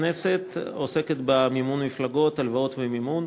והיא עוסקת במימון מפלגות, הלוואות ומימון.